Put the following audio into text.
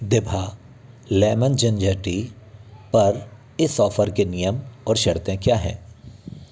दिभा lemon ginger tea पर इस ऑफ़र के नियम और शर्तें क्या हैं